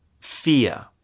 fear